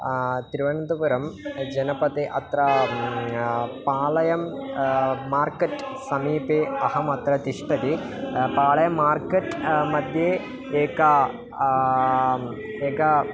तिरुवनन्तपुरं जनपदे अत्र पालयं मार्कट् समीपे अहम् अत्र तिष्ठति पालयं मार्कट् मध्ये एका एका